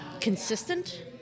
consistent